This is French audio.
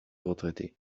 retraités